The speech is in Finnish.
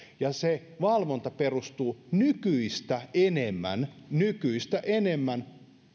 ja se valvonta perustuu nykyistä enemmän nykyistä enemmän